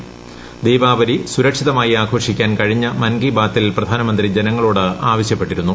ദ്ദീപ്പാപ്പലി സുരക്ഷിതമായി ആഘോഷിക്കാൻ കഴിഞ്ഞ മൻ കി ബാത്തിൽ പ്രധാനമന്ത്രി ജനങ്ങളോട് ആവശ്യപ്പെട്ടിരുന്നു